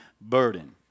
burden